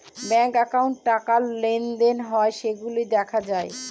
bank একাউন্টে টাকা লেনদেন হয় সেইগুলা দেখা যায়